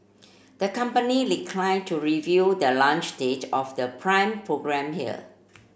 the company declined to review the launch date of the Prime program here